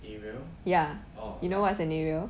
ya you know what's an aerial